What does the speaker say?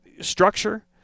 Structure